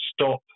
stop